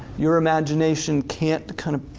your imagination can't kind of